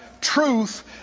Truth